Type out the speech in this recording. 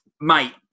Mate